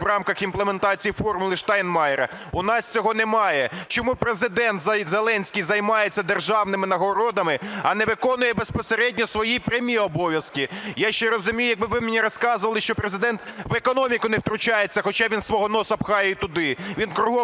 в рамках імплементації "формули Штайнмайєра", у нас цього немає. Чому Президент Зеленський займається державними нагородами, а не виконує безпосередньо свої прямі обов'язки? Я ще розумію, якби ви мені розказували, що Президент в економіку не втручається, хоча він носа пхає і туди. Він кругом свій